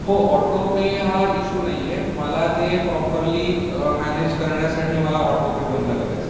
हो ऑटोपे हा इशू नाही आहे मला ते प्रॉपर्ली मॅनेज करण्यासाठी मला ऑटोपे बंद करायचं आहे